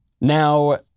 Now